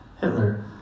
Hitler